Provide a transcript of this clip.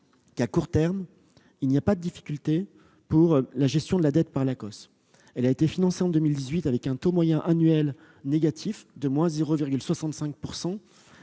j'y insiste, il n'y a pas de difficulté pour la gestion de la dette par l'Acoss. Elle a été financée en 2018, avec un taux moyen annuel négatif de 0,65